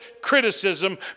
criticism